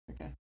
Okay